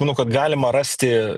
manau kad galima rasti